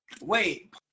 Wait